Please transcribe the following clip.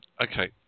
Okay